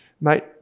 Mate